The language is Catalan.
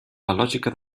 lògica